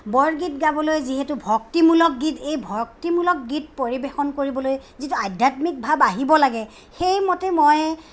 বৰগীত গাবলৈ যিহেতু ভক্তিমূলক গীত এই ভক্তিমূলক গীত পৰিবেশন কৰিবলৈ যিটো আধ্যাত্মিক ভাব আহিব লাগে সেইমতে মই